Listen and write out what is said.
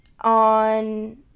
on